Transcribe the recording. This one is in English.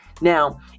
Now